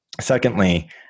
Secondly